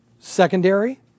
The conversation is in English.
secondary